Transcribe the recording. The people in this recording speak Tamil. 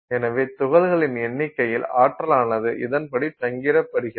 எனவே துகள்களின் எண்ணிக்கையில் ஆற்றலானது இதன்படி பங்கீடப்படுகிறது